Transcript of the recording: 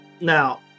Now